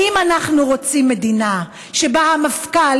האם אנחנו רוצים מדינה שבה המפכ"ל,